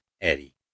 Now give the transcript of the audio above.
Eddie